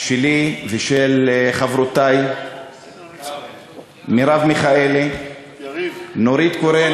שלי ושל חברותי מרב מיכאלי ונורית קורן,